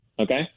okay